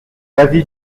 l’avis